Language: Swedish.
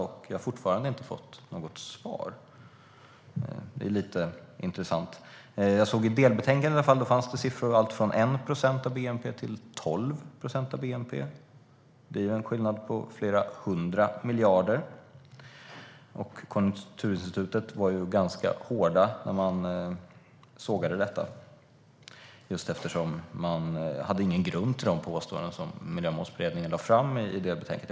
Jag har fortfarande inte fått något svar. Det är lite intressant. I delbetänkandet fanns det i alla fall siffror, på allt från 1 procent av bnp till 12 procent. Det är en skillnad på flera hundra miljarder. Konjunkturinstitutet var ganska hårda när de sågade detta, just eftersom det inte fanns någon grund för de påståenden som Miljömålsberedningen lade fram i det betänkandet.